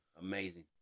Amazing